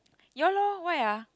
ya loh why ah